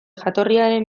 jatorriaren